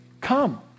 Come